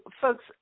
folks